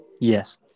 Yes